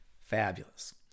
fabulous